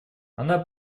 она